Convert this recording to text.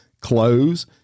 clothes